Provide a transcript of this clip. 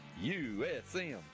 U-S-M